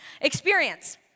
experience